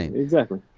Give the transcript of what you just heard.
exactly,